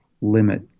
limit